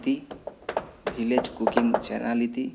इति village cooking channel इति